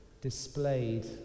displayed